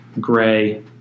gray